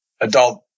adult